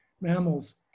mammals